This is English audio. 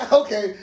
okay